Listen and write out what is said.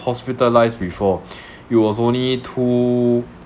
hospitalised before it was only two